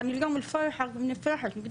אני מרגישה שהמשפחה שלי לא